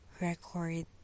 record